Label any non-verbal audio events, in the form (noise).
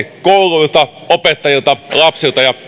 (unintelligible) kouluilta opettajilta lapsilta ja